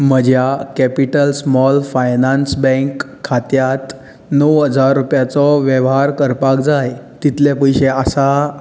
म्हज्या capital small finance bank खात्यांत णव हजार रुपयांचो वेव्हार करपाक जाय तितले पयशे आसा